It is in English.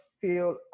feel